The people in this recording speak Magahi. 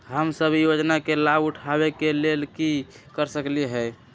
हम सब ई योजना के लाभ उठावे के लेल की कर सकलि ह?